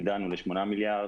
הגדלנו ל-8 מיליארד,